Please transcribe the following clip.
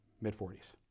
mid-40s